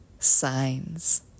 signs